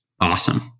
awesome